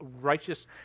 righteous